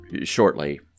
shortly